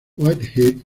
whitehead